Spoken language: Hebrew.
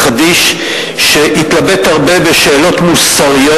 חדיש, שהתלבט הרבה בשאלות מוסריות.